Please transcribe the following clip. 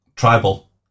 tribal